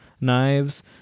knives